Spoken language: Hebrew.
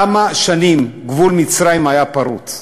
כמה שנים גבול מצרים היה פרוץ.